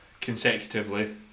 consecutively